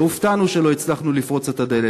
לא הופתענו שלא הצלחנו לפרוץ את הדלת.